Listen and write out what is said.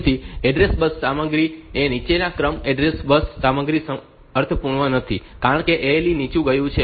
તેથી address bus સામગ્રી એ નીચા ક્રમમાં એડ્રેસ બસ સામગ્રી અર્થપૂર્ણ નથી કારણ કે ALE નીચું ગયું છે